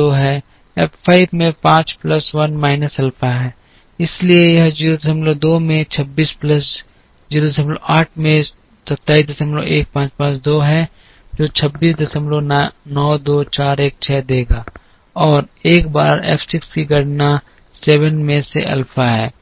02 है F 5 में 5 plus 1 minus alpha है इसलिए यह 02 में 26 प्लस 08 में 271552 है जो 2692416 देगा और एक बार F 6 की गणना 7 में से अल्फा है